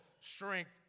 strength